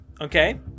okay